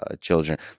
children